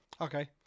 Okay